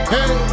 Hey